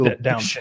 down